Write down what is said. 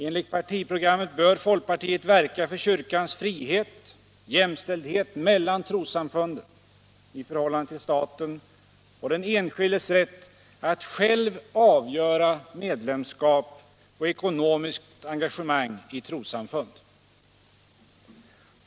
Enligt partiprogrammet bör folkpartiet verka för kyrkans frihet, jämställdhet mellan trossamfunden i förhållande till staten och den enskildes rätt att själv avgöra medlemskap och ekonomiskt engagemang i trossamfund.